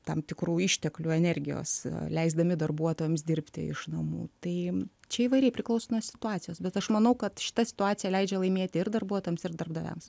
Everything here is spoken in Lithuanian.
tam tikrų išteklių energijos leisdami darbuotojams dirbti iš namų tai čia įvairiai priklauso nuo situacijos bet aš manau kad šita situacija leidžia laimėti ir darbuotojams ir darbdaviams